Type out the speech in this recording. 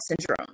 syndrome